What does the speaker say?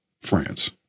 France